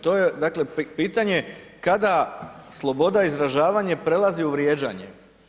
To je, dakle pitanje kada sloboda izražavanja prelazi u vrijeđanje.